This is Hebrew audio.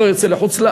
לא יוצא לחוץ-לארץ.